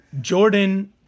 Jordan